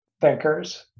thinkers